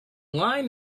line